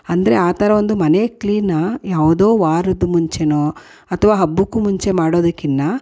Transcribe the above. ಅಂದರೆ ಆ ಥರ ಒಂದು ಮನೆ ಕ್ಲೀನನ್ನ ಯಾವುದೋ ವಾರದ ಮುಂಚೆಯೋ ಅಥ್ವಾ ಹಬ್ಬಕ್ಕೂ ಮುಂಚೆ ಮಾಡೋದಕ್ಕಿನ್ನ